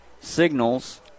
signals